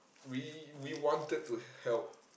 we we wanted to help